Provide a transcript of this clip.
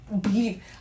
believe